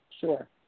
Sure